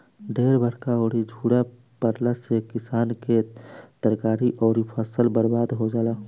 ढेर बरखा अउरी झुरा पड़ला से किसान के तरकारी अउरी फसल बर्बाद हो जाला